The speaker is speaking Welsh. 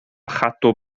chadw